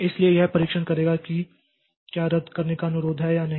इसलिए यह परीक्षण करेगा कि क्या रद्द करने का अनुरोध है या नहीं